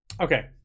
Okay